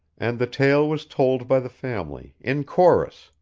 and the tale was told by the family, in chorus,